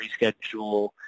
reschedule